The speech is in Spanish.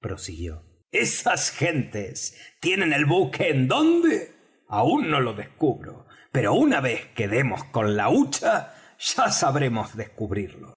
prosiguió esas gentes tienen el buque en dónde aún no lo descubro pero una vez que demos con la hucha ya sabremos descubrirlo